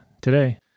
today